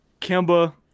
Kimba